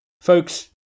Folks